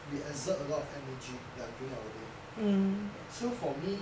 we exert a lot of energy ah during our day so for me